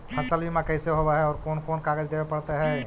फसल बिमा कैसे होब है और कोन कोन कागज देबे पड़तै है?